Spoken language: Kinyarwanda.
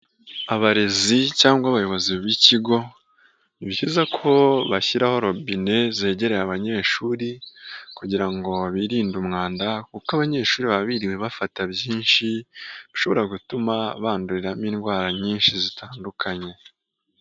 Abarezi cyangwa abayobozi b'ikigo ni byiza ko bashyiraho robine zegereye abanyeshuri kugira ngo birinde umwanda, kuko abanyeshuri baba biriwe bafata byinshi bishobora gutuma banduriramo indwara nyinshi zitandukanye.